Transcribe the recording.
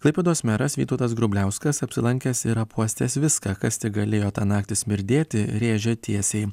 klaipėdos meras vytautas grubliauskas apsilankęs ir apuostęs viską kas tik galėjo tą naktį smirdėti rėžė tiesiai